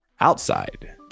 outside